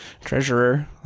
treasurer